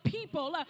people